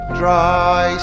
dry